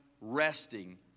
resting